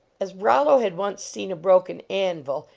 as rollo had once seen a broken anvil,